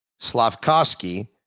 Slavkowski